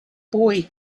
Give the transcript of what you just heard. boy